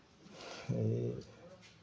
है